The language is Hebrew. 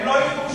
הם לא יגורשו.